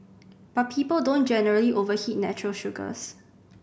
but people don't generally oveheat natural sugars